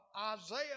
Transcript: Isaiah